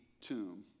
tomb